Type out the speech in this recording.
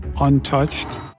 untouched